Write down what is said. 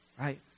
right